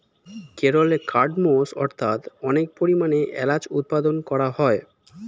কেরলে কার্ডমমস্ অর্থাৎ অনেক পরিমাণে এলাচ উৎপাদন করা হয়